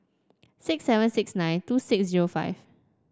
six seven six nine two six zero five